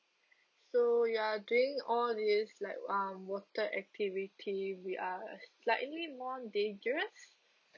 so you're doing all this like um water activity we are slightly more dangerous